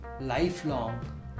lifelong